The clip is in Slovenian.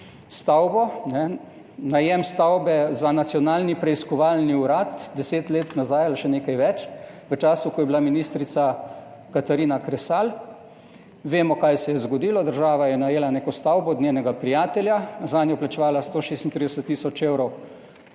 stavbo, najem stavbe za Nacionalni preiskovalni urad 10 let nazaj ali še nekaj več, v času, ko je bila ministrica Katarina Kresal, vemo kaj se je zgodilo, država je najela neko stavbo od njenega prijatelja, zanjo je plačevala 136 tisoč evrov